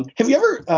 and have you ever?